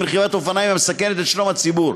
רכיבת אופניים המסכנת את שלום הציבור.